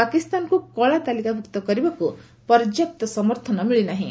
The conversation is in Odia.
ପାକିସ୍ତାନକୁ କଳାତାଲିକାଭୁକ୍ତ କରିବାକୁ ପର୍ଯ୍ୟାପ୍ତ ସମର୍ଥନ ମିଳିନାହିଁ